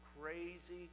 crazy